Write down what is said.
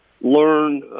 learn